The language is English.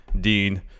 Dean